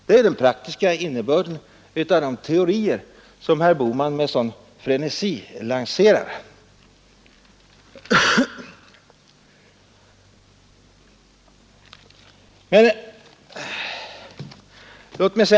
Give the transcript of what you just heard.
Det är den praktiska innebörden av de teorier som herr Bohman med sådan frenesi förfäktar.